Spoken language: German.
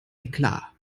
eklat